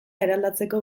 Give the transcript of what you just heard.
eraldatzeko